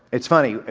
it's funny,